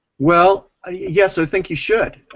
well ah yes, i think you should.